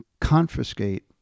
confiscate